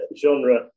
genre